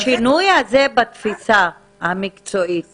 השינוי הזה בתפיסה המקצועית